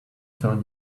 turn